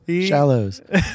Shallows